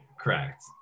Correct